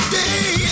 day